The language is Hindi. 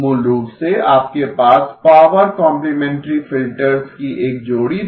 मूल रूप से आपके पास पावर कॉम्प्लिमेंटरी फिल्टर्स की एक जोड़ी थी